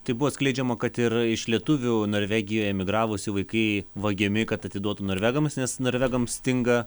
tai buvo skleidžiama kad ir iš lietuvių norvegijoj emigravusių vaikai vagiami kad atiduotų norvegams nes norvegams stinga